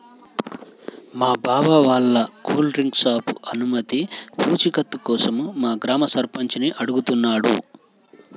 మా బావ వాళ్ళ కూల్ డ్రింక్ షాపు అనుమతి పూచీకత్తు కోసం మా గ్రామ సర్పంచిని అడుగుతున్నాడు